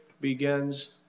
begins